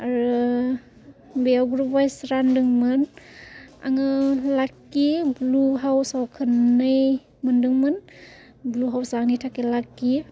आरो बेयाव ग्रुप अवाइस रानदोंमोन आङो लाकि ब्लु हावसआव खननै मोनदोंमोन ब्लु हावसआ आंनि थाखाय लाकि